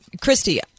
Christy